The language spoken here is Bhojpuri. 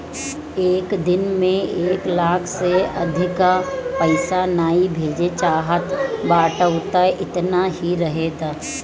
एक दिन में एक लाख से अधिका पईसा नाइ भेजे चाहत बाटअ तअ एतना ही रहे दअ